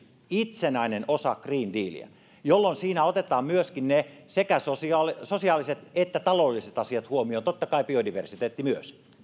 itsenäinen osa green dealia jolloin siinä otetaan myöskin sekä sosiaaliset sosiaaliset että taloudelliset asiat huomioon totta kai biodiversiteetti myös